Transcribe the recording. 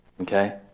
Okay